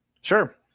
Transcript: Sure